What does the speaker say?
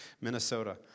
Minnesota